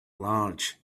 large